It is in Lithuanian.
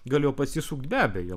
galėjo pasisukt be abejo